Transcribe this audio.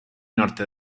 norte